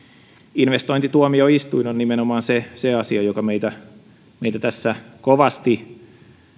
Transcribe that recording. investointituomioistuin on nimenomaan se se asia joka meitä tässä kovasti